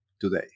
today